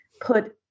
put